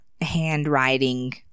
handwriting